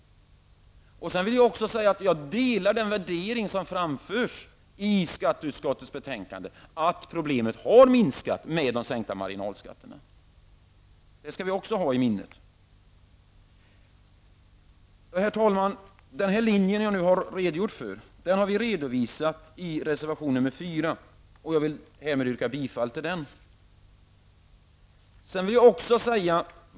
Jag delar den värdering som framförs i skatteutskottets betänkande, nämligen att problemet har minskat i och med de sänkta marginalskatterna. Det skall vi också ha i minnet. Herr talman! Den linje jag nu har redogjort för har vi redovisat i reservation nr 4, som jag härmed yrkar bifall till.